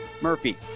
Murphy